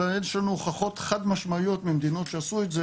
אלא יש לנו הוכחות חד משמעיות ממדינות שעשו את זה,